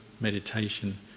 meditation